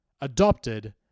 adopted